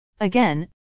Again